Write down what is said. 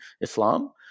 Islam